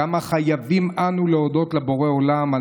כמה חייבים אנו להודות לבורא עולם על